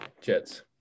Jets